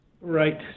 Right